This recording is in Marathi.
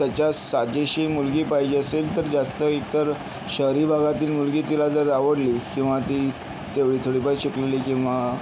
त्याच्या साजेशी मुलगी पाहिजे असेल तर जास्त एकतर शहरी भागातील मुलगी तिला जर आवडली किंवा ती एवढी थोडीफार शिकलेली किंवा